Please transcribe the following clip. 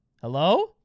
Hello